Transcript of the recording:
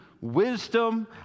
wisdom